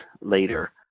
later